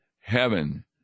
heaven